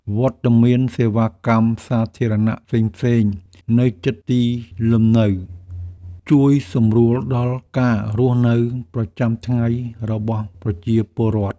វត្តមាននៃសេវាកម្មសាធារណៈផ្សេងៗនៅជិតទីលំនៅ ជួយសម្រួលដល់ការរស់នៅប្រចាំថ្ងៃរបស់ប្រជាពលរដ្ឋ។